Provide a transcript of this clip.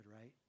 right